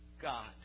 God